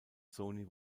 sony